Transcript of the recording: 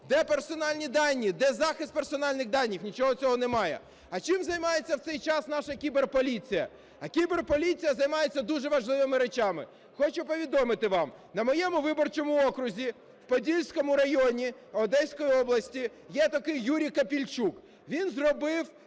Де персональні дані, де захист персональних даних? Нічого цього немає. А чим займається в цей час наша кіберполіція? А кіберполіція займається дуже важливими речами. Хочу повідомити вам, на моєму виборчому окрузі, в Подільському районі Одеської області, є такий Юрій Капільчук. Він зробив